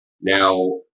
Now